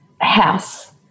house